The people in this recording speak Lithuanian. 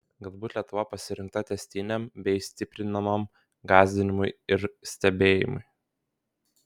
galbūt lietuva pasirinkta tęstiniam bei stiprinamam gąsdinimui ir stebėjimui